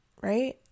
right